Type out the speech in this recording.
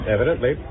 Evidently